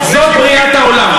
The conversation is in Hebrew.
זו בריאת העולם.